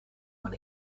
when